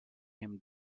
him